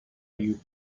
you